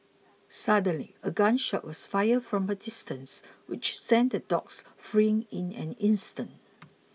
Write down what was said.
suddenly a gun shot was fired from a distance which sent the dogs fleeing in an instant